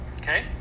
Okay